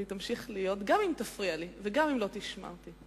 וזה ימשיך להיות גם אם תפריע לי וגם אם לא תשמע אותי.